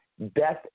Death